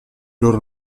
loro